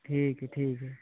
ठीक है ठीक है